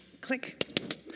Click